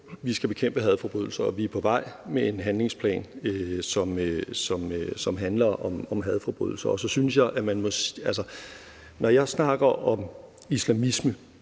vi skal bekæmpe hadforbrydelser, og vi er på vej med en handlingsplan, som handler om hadforbrydelser. Og når jeg snakker om islamisme,